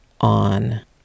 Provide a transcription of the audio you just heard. on